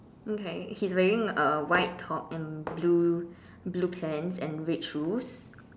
okay he's wearing a white top in blue blue pants and red shoes